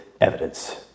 evidence